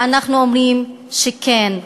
ואנחנו אומרים שכן,